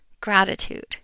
gratitude